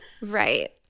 right